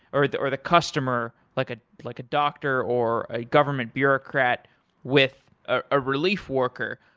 or the or the customer, like ah like a doctor or a government bureaucrat with a relief worker.